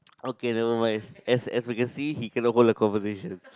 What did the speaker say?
okay nevermind as as we can see he cannot hold a conversation